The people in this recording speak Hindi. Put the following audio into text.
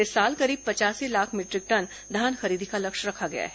इस साल करीब पचासी लाख मीटरिक टन धान खरीदी का लक्ष्य रखा गया है